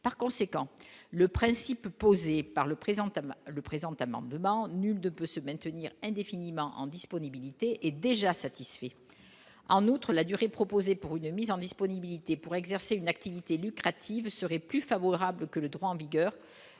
par conséquent le principe posé par le président le présent amendement, nul ne peut se maintenir indéfiniment en disponibilité et déjà satisfait en outre la durée proposée pour une mise en disponibilité pour exercer une activité lucrative serait plus favorable que le droit en vigueur,